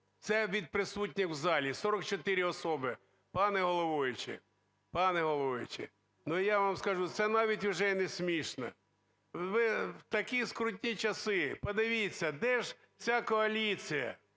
Це від присутніх в залі – 44 особи. Пане головуючий, ну я вам скажу, це навіть уже і не смішно. Ви в такі скрутні часи, подивіться, де ж ця коаліція,